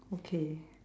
okay